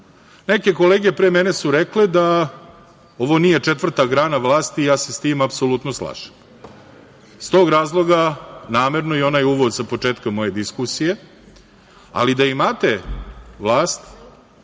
Neke kolege pre mene su rekle da ovo nije četvrta grana vlasti, i sa tim se potpuno slažem. Iz tog razloga, namerno onaj uvod sa početka moje diskusije, ali, da imate vlast